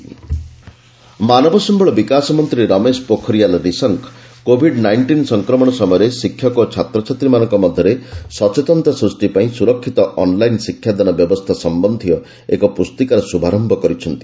safe online learning ମାନବ ସମ୍ବଳ ବିକାଶ ମନ୍ତ୍ରୀ ରମେଶ ପୋଖରିଆଲ୍ ନିଶଙ୍କ କୋଭିଡ୍ ନାଇଣ୍ଟିନ୍ ସଂକ୍ରମଣ ସମୟରେ ଶିକ୍ଷକ ଓ ଛାତ୍ରଛାତ୍ରୀମାନଙ୍କ ମଧ୍ୟରେ ସଚେତନତା ସୃଷ୍ଟି ପାଇଁ ସୁରକ୍ଷିତ ଅନ୍ଲାଇନ୍ ଶିକ୍ଷାଦାନ ବ୍ୟବସ୍ଥା ସମ୍ପନ୍ଧୀୟ ଏକ ପୁସ୍ତିକାର ଶୁଭାରୟ କରିଛନ୍ତି